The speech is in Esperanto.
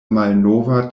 malnova